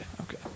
Okay